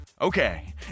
Okay